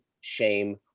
shame